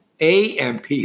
AMP